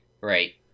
right